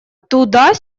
туда